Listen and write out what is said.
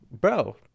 bro